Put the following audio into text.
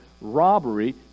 robbery